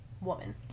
Woman